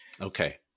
Okay